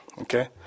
okay